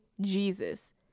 Jesus